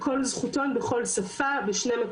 אם צריך נוכל להפנות את הוועדה בדיוק,